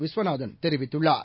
விஸ்வநாதன் தெரிவித்துள்ளார்